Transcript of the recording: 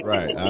Right